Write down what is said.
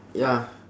ya